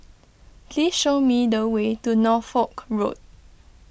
please show me the way to Norfolk Road